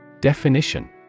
Definition